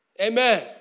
Amen